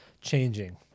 changing